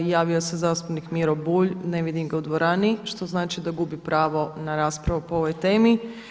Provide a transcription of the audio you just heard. Javio se zastupnik Miro Bulj, ne vidim ga u dvorani što znači da gubi pravo na raspravu po ovoj temi.